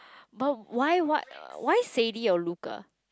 but why what why Sadie or Luca